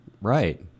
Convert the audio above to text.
Right